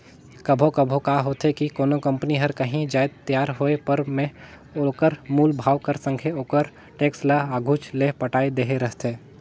कभों कभों का होथे कि कोनो कंपनी हर कांही जाएत तियार होय पर में ओकर मूल भाव कर संघे ओकर टेक्स ल आघुच ले पटाए देहे रहथे